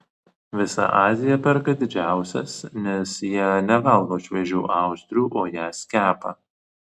visa azija perka didžiausias nes jie nevalgo šviežių austrių o jas kepa